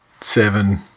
seven